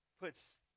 Puts